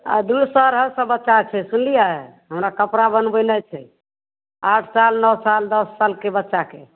आ दू सए अढ़ाइ सए बच्चा छै सुनलियै हमरा कपड़ा बनबैलए छै आठ साल नओ साल दस सालके बच्चाके